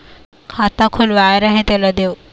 खाता खुलवाय रहे तेला देव?